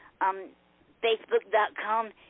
Facebook.com